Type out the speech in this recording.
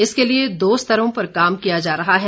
इसके लिए दो स्तरों पर काम किया जा रहा है